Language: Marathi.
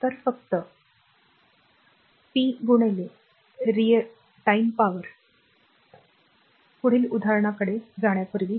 तर फक्त p गुणिले r time power time पुढील उदाहरणाकडे जाण्यापूर्वी